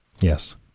yes